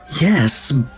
Yes